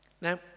Now